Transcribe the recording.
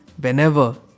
whenever